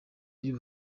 y’u